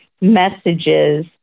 messages